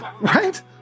Right